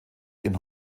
ihren